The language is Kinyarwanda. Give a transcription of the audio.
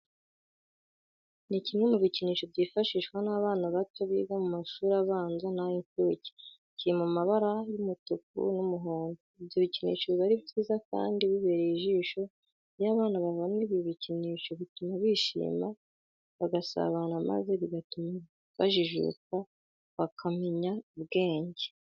Ni kimwe mu bikinisho byifashishwa n'abana bato biga mu mashuri abanza n'ay'incuke, kiri mu mabara y'umutuku n'umuhondo. Ibyo bikinisho biba ari byiza kandi bibereye ijisho. Iyo bana babona ibi bikinisho bituma bishima, bagasabana maze bigatuma bajijuka bakamenya ubwenge.